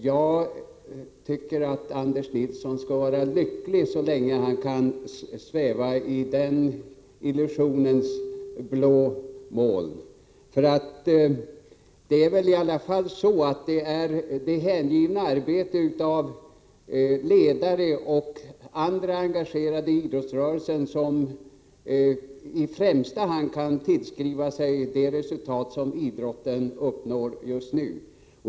Jag tycker att Anders Nilsson skall vara lycklig så länge han kan sväva på blå moln genom den illusionen. Det är väl det hängivna arbetet av ledare och andra engagerade i idrottsrörelsen som är den främsta anledningen till det resultat som idrotten uppnår just nu.